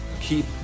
Keep